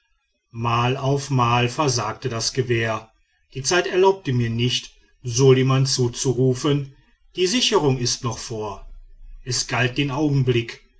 mal auf mal versagte das gewehr die zeit erlaubte mir nicht soliman zuzurufen die sicherung ist noch vor es galt den augenblick